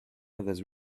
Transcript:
others